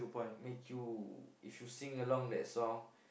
make you if you sing along that song